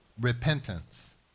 repentance